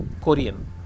Korean